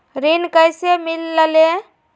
ऋण कईसे मिलल ले?